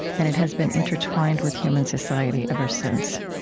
and it has been intertwined with human society ever since.